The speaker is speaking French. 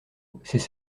c’est